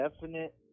definite